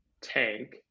tank